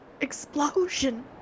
explosion